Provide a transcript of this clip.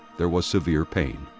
there was severe pain.